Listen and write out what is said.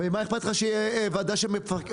אז מה אכפת לך שתהיה ועדה שמפקחת?